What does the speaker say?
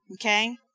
Okay